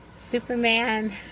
Superman